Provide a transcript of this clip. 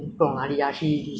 所以这样的人才喜欢去